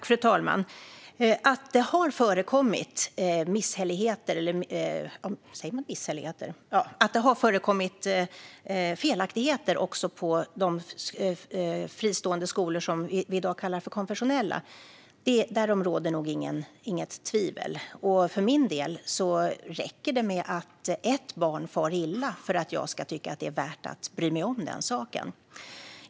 Fru talman! Det har förekommit felaktigheter också på de fristående skolor som vi i dag kallar för konfessionella; därom råder nog inget tvivel. För min del räcker det med att ett barn far illa för att jag ska tycka att det är värt att bry mig om den saken.